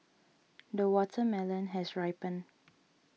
the watermelon has ripened